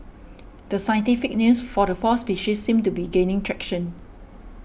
the scientific names for the four species seem to be gaining traction